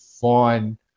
fun